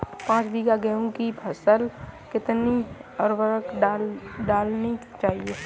पाँच बीघा की गेहूँ की फसल में कितनी उर्वरक डालनी चाहिए?